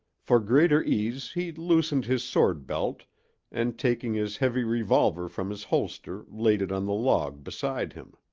for greater ease he loosened his sword-belt and taking his heavy revolver from his holster laid it on the log beside him.